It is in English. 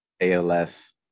ALS